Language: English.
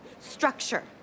structure